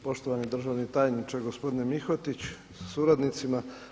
Poštovani državni tajniče, gospodine Mihotić sa suradnicima.